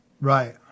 Right